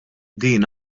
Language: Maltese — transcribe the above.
din